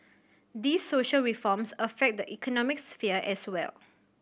these social reforms affect the economic sphere as well